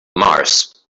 mars